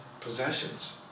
possessions